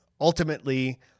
Ultimately